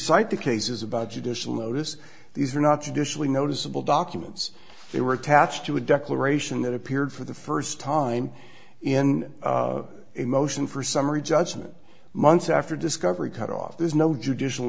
cite the cases about judicial notice these are not to dish really noticeable documents they were attached to a declaration that appeared for the first time in a motion for summary judgment months after discovery cut off there's no judicial